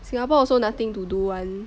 Singapore also nothing to do [one]